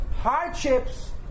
hardships